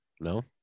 No